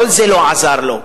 כל זה לא עזר לו.